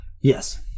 yes